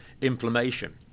Inflammation